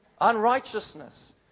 unrighteousness